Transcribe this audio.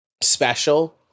special